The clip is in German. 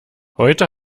heute